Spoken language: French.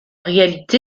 réalité